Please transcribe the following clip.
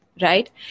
Right